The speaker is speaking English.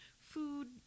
food